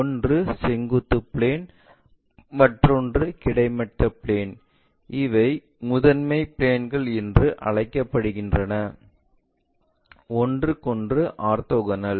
ஒன்று செங்குத்து பிளேன் மற்றொன்று கிடைமட்ட பிளேன் இவை முதன்மை பிளேன்கள் என்று அழைக்கப்படுகின்றன ஒன்றுக்கொன்று ஆர்த்தோகனல்